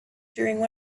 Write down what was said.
during